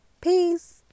Peace